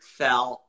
fell